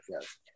yes